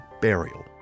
burial